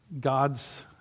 god's